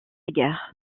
guerre